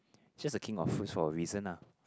just a king of fruits for a reason ah